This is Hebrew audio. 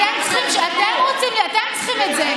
אתם צריכים את זה.